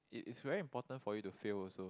it is very important for you to fail also